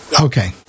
Okay